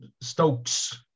Stokes